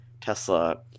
Tesla